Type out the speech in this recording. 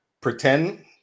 pretend